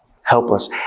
helpless